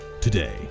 today